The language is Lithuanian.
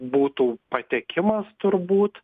būtų patekimas turbūt